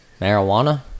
Marijuana